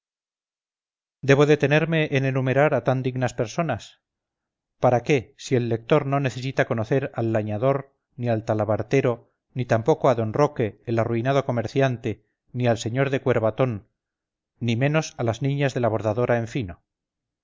debo detenerme en enumerar a tan dignas personas para qué si el lector no necesita conocer al lañador ni al talabartero ni tampoco a d roque el arruinado comerciante ni al sr de cuervatón ni menos a las niñas de la bordadora en fino